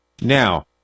Now